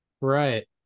Right